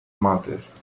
matters